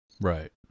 Right